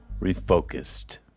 Refocused